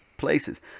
places